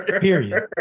Period